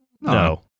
no